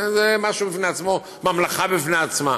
זה משהו בפני עצמו, ממלכה בפני עצמה.